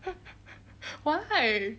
why